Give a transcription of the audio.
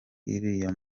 uriya